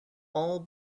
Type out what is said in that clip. all